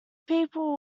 people